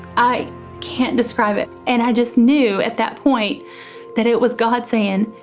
i can't describe it. and i just knew at that point that it was god saying,